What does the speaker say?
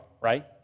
right